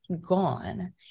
gone